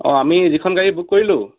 অঁ আমি যিখন গাড়ী বুক কৰিলোঁ